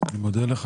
אני מודה לך.